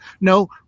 No